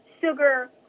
sugar